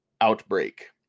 outbreak